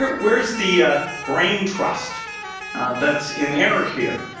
but where's the brain trust that's in error here?